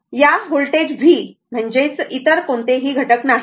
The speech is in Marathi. या व्होल्टेज V म्हणजेच इतर कोणतेही घटक नाहीत